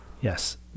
Yes